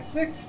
six